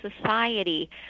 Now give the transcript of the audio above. society